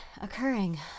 occurring